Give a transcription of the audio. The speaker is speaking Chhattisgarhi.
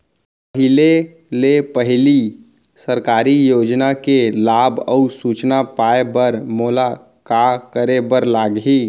पहिले ले पहिली सरकारी योजना के लाभ अऊ सूचना पाए बर मोला का करे बर लागही?